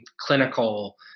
clinical